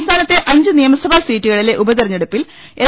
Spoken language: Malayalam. സംസ്ഥാനത്തെ അഞ്ച് നിയ മ സഭാ സീറ്റു ക ളിലെ ഉപതെരഞ്ഞെടുപ്പിൽ എൽ